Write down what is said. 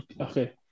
okay